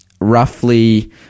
roughly